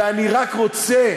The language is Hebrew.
ואני רק רוצה,